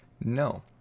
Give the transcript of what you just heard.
No